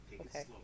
Okay